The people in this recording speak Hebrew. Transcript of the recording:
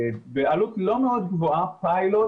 בעלות לא מאוד גבוהה, פיילוט